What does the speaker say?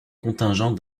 contingent